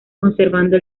conservando